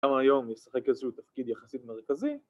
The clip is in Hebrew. ‫גם היום ישחק איזש‫הוא תפקיד יחסית מרכזי.